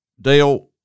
Dale